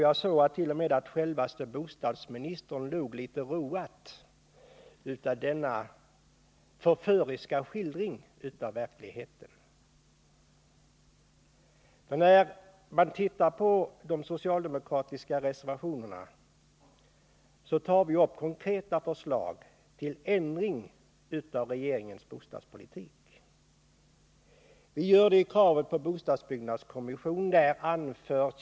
Jag såg att t.o.m. självaste bostadsministern log litet roat åt denna förföriska skildring av verkligheten. I de socialdemokratiska reservationerna tar vi upp konkreta förslag till ändring av regeringens bostadspolitik. Vi gör det i form av ett krav på en bostadsbyggnadskommission.